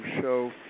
show